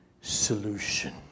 solution